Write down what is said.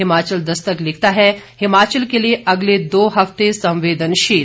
हिमाचल दस्तक लिखता है हिमाचल के लिए अगले दो हफ्ते संवेदनशील